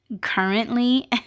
currently